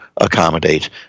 accommodate